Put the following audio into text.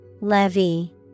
Levy